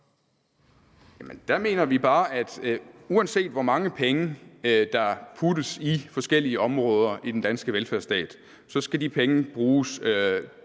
Der mener vi bare, at uanset hvor mange penge, der puttes i forskellige områder af den danske velfærdsstat, skal de penge bruges